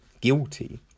guilty